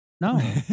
no